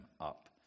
up